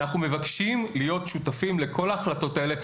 אנחנו מבקשים להיות שותפים לכל ההחלטות האלה.